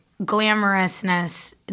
glamorousness